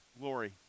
Glory